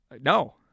no